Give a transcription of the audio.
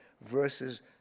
versus